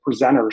presenters